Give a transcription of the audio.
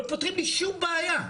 לא פותרים לי שום בעיה.